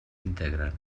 integren